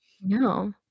No